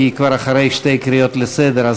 כי היא כבר אחרי שתי קריאות לסדר.